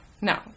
No